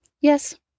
Yes